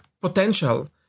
potential